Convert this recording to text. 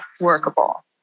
workable